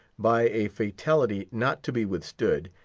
by a fatality not to be withstood,